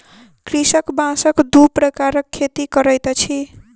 कृषक बांसक दू प्रकारक खेती करैत अछि